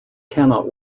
cannot